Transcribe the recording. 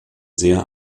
sehr